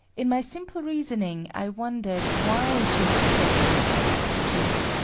in my simple reasoning, i wondered why she had taken such a fancy to me.